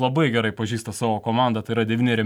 labai gerai pažįsta savo komandą tai yra devyneri